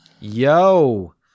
Yo